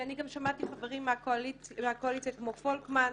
שמעתי חברים מהקואליציה, כמו פולקמן.